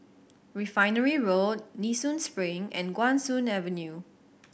Refinery Road Nee Soon Spring and Guan Soon Avenue